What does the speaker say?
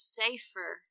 safer